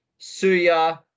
Suya